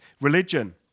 religion